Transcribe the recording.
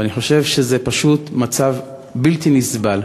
ואני חושב שזה פשוט מצב בלתי נסבל.